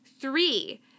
Three